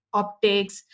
optics